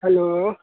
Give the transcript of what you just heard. hello